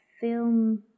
film